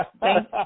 Thank